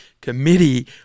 committee